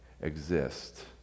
exist